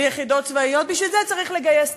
ביחידות צבאיות, בשביל זה צריך לגייס תרומה.